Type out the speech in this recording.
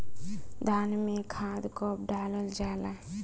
धान में खाद कब डालल जाला?